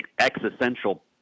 existential